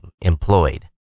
employed